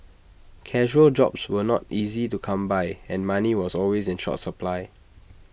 casual jobs were not easy to come by and money was always in short supply